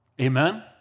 Amen